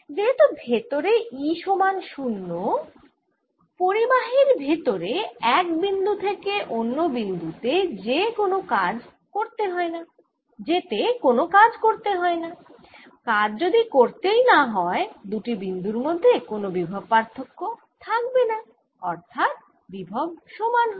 যেহেতু ভেতরে E সমান 0 পরিবাহিত ভেতরে এক বিন্দু থেকে অন্য বিন্দু তে যেতে কোন কাজ করতে হয়না কাজ যদি করতেই না হয় দুই বিন্দুর মধ্যে কোন বিভব পার্থক্য থাকবে না অর্থাৎ বিভব সমান হবে